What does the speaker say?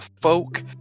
folk